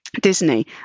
Disney